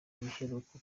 biheruka